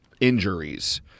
injuries